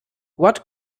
what